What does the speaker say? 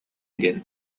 диэн